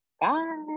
Bye